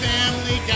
Family